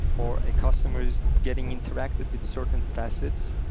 or a customer is getting interacted with certain facets.